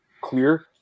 clear